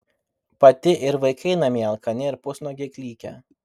pati ir vaikai namie alkani ir pusnuogiai klykia